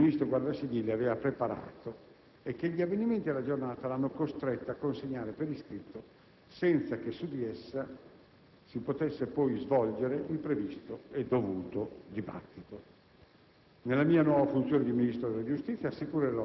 obiettivo era concentrata l'ampia relazione che il Ministro Guardasigilli aveva preparato e che gli avvenimenti della giornata lo hanno costretto a consegnare per iscritto, senza che su di essa